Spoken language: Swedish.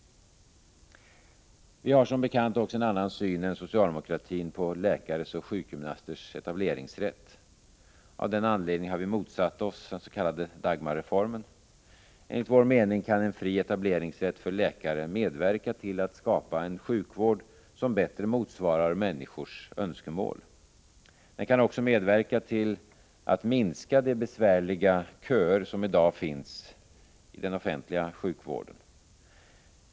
Vi har som bekant också en annan syn än socialdemokratin på läkares och sjukgymnasters etableringsrätt. Av den anledningen har vi motsatt oss den s.k. Dagmarreformen. Enligt vår mening kan en fri etableringsrätt för läkare medverka till att skapa en sjukvård, som bättre motsvarar människors önskemål. Den kan också medverka till att minska de besvärliga köer som i dag finns i den offentliga sjukvården.